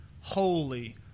holy